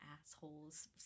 assholes